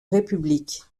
république